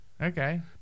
Okay